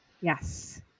Yes